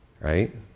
right